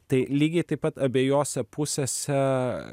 tai lygiai taip pat abejose pusėse